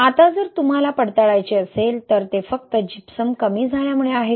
आता जर तुम्हाला पडताळायचे असेल तर ते फक्त जिप्सम कमी झाल्यामुळे आहे का